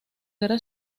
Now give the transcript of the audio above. guerra